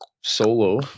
Solo